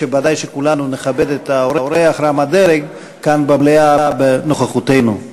ודאי שכולנו נכבד את האורח רם הדרג כאן במליאה בנוכחותנו.